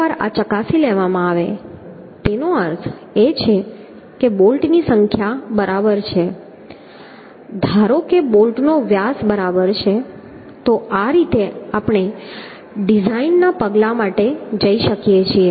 તેથી એકવાર આ ચકાસી લેવામાં આવે તેનો અર્થ એ છે કે બોલ્ટની સંખ્યા બરાબર છે ધારો કે બોલ્ટનો વ્યાસ બરાબર છે તો આ રીતે આપણે ડિઝાઇનના પગલાઓ માટે જઈ શકીએ